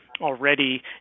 already